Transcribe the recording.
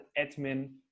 admin